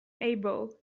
able